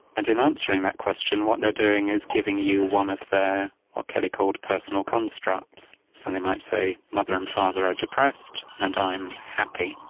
and in answering that question what they're doing is giving you one of their what kelly called personal constructs so they might say mother and father are depressed and i am happy.